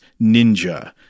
Ninja